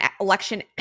election